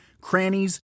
crannies